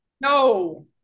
No